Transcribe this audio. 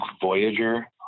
Voyager